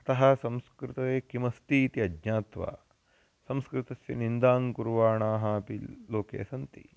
अतः संस्कृते किमस्ति इति अज्ञात्वा संस्कृतस्य निन्दां कुर्वाणाः अपि लोके सन्ति